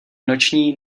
noční